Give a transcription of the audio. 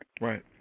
Right